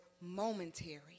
momentary